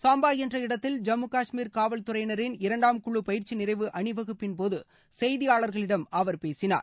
சாம்பா என்ற இடத்தில் ஜம்மு காஷ்மீர் காவல்துறையினரின் இரண்டாம் குழு பயிற்சி நிறைவு அணிவகுப்பின்போது செய்தியாளர்களிடம் அவர் பேசினார்